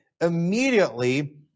immediately